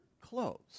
clothes